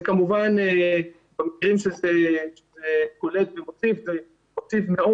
זה כמובן במקרים שזה כולל --- הוסיף מאוד